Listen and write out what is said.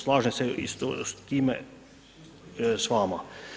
Slažem se i s time s vama.